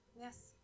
Yes